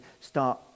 start